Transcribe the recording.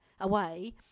away